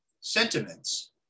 sentiments